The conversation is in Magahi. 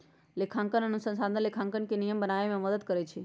लेखांकन अनुसंधान लेखांकन के निम्मन बनाबे में मदद करइ छै